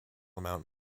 amount